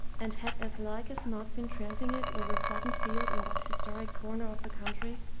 and had as like as not been tramping it over plodden field and that historic corner of the country,